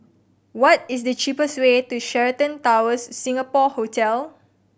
what is the cheapest way to Sheraton Towers Singapore Hotel